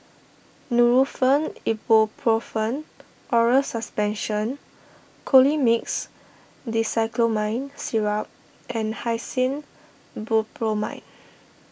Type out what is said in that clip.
Nurofen Ibuprofen Oral Suspension Colimix Dicyclomine Syrup and Hyoscine Butylbromide